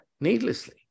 needlessly